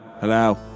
Hello